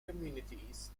communities